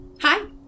hi